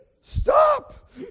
stop